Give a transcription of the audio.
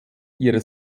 ihre